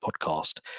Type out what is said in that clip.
podcast